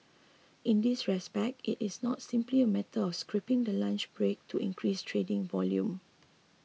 in this respect it is not simply a matter of scrapping the lunch break to increase trading volume